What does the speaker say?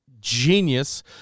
Genius